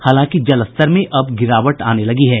हालांकि जलस्तर में अब गिरावट आने लगी है